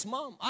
Mom